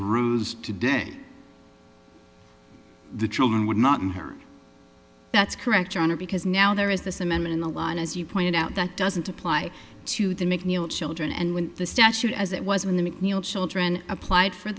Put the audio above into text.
arose today the children would not in her that's correct your honor because now there is this amendment in the line as you pointed out that doesn't apply to the mcneil children and when the statute as it was when the mcneil children applied for